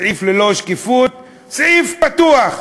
סעיף ללא שקיפות, סעיף פתוח.